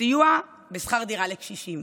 לסיוע בשכר דירה לקשישים.